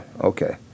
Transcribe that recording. Okay